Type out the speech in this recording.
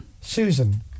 Susan